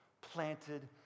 planted